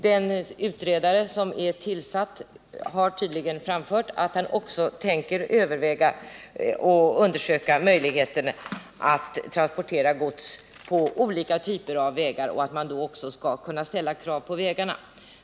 Den utredare som är tillsatt har tydligen framfört att han överväger att undersöka vilka krav man ur olika synpunkter bör ställa på vägarna när det gäller transport av miljöfarligt gods.